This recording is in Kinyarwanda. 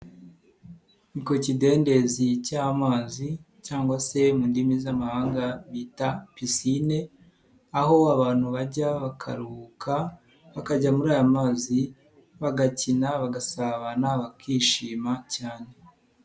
Ni ku kidendezi cy'amazi cyangwa se mu ndimi z'amahanga bita picine, aho abantu bajya bakaruhuka bakajya muri aya mazi bagakina bagasabana bakishima cyane.